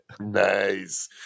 Nice